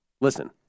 Listen